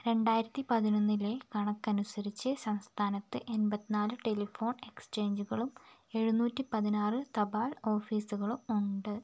രണ്ടായിരത്തി പതിനൊന്നിലെ കണക്കനുസരിച്ച് സംസ്ഥാനത്ത് എൺപത്തിനാല് ടെലിഫോൺ എക്സ്ചേഞ്ചുകളും എഴുന്നൂറ്റി പതിനാറ് തപാൽ ഓഫീസുകളും ഉണ്ട്